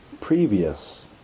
previous